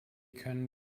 können